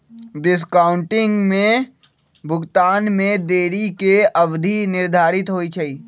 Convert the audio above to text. discounting में भुगतान में देरी के अवधि निर्धारित होइ छइ